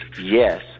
yes